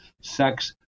sex